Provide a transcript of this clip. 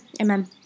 Amen